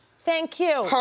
thank you,